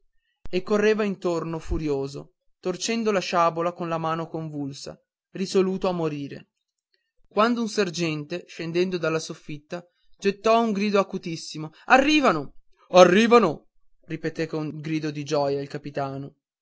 e correva intorno furioso torcendo la sciabola con la mano convulsa risoluto a morire quando un sergente scendendo dalla soffitta gettò un grido altissimo arrivano arrivano ripeté con un grido di gioia il capitano